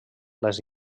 les